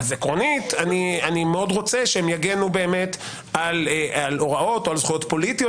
אז עקרונית אני רוצה שהם יגנו על הוראות או על זכויות פוליטיות